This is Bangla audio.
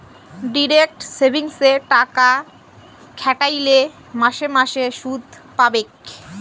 ডিরেক্ট সেভিংসে টাকা খ্যাট্যাইলে মাসে মাসে সুদ পাবেক